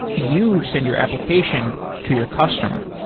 you send your application to your customer